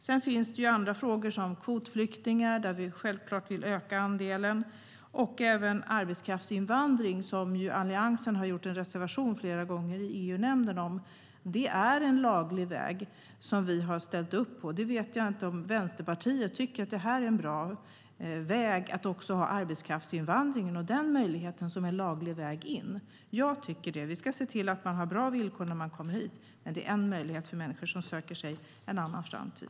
Sedan finns det andra frågor som den om kvotflyktingar, där vi självklart vill öka andelen, och arbetskraftsinvandring, som Alliansen har gjort en reservation om flera gånger i EU-nämnden. Det är en laglig väg som vi har ställt upp på. Jag vet inte om Vänsterpartiet tycker att arbetskraftsinvandringen är en bra väg att också ha som en möjlighet till en laglig väg in. Jag tycker det. Vi ska se till att man har bra villkor när man kommer hit, och det är en möjlighet för människor som söker sig en annan framtid.